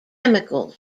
chemicals